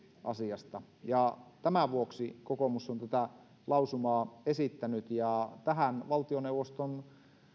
asiasta tämän vuoksi kokoomus on tätä lausumaa esittänyt ja tähän valtioneuvoston